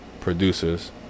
producers